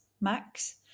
max